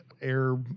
air